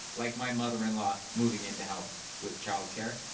like my mother-in-law moving in to help with child care,